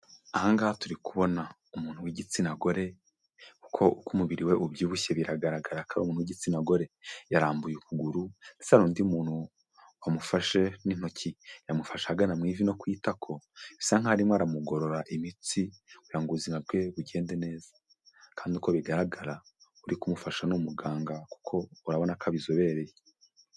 Ahangaha turi kubona umuntu w'igitsina gore, kuko uko umubiri we ubyibushye biragaragara ko ari umuntu w'igitsina gore. Yarambuye ukuguru ndetse hari undi muntu wamufashe n'intoki. Yamufasha ahagana mu ivi no ku itako. Bisa nkaho arimo aramugorora imitsi kugira ngo ubuzima bwe bugende neza. Kandi uko bigaragara uri kumufasha ni umuganga kuko urabona ko abizobereye.